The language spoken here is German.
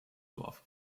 dorf